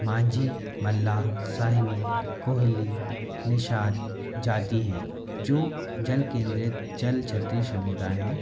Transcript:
मांझी मल्लाह साहिनी कोहली निषाद जाति हैं जो जल केंद्रित जल क्षत्रीय समुदाय हैं